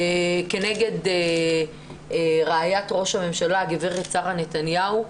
כנגד רעיית ראש הממשלה הגברת שרה נתניהו.